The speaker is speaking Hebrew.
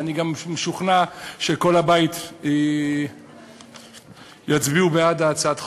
ואני גם משוכנע שכל הבית יצביעו בעד הצעת החוק,